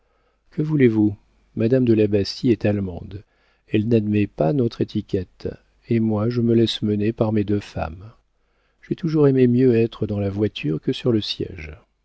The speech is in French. que voulez-vous madame de la bastie est allemande elle n'admet pas notre étiquette et moi je me laisse mener par mes deux femmes j'ai toujours aimé mieux être dans la voiture que sur le siége